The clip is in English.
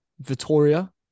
Vitoria